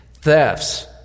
thefts